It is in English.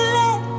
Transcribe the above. let